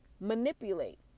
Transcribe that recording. manipulate